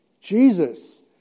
Jesus